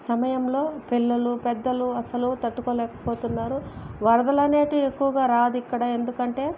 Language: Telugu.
సమయంలో పిల్లలు పెద్దలు అసలు తట్టుకోలేకపోతున్నారు వరదలు అనేటివి ఎక్కువగా రాదు ఇక్కడ ఎందుకంటే